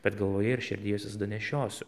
bet galvoje ir širdyje juos visada nešiosiu